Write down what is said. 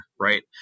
Right